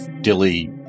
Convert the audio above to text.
Dilly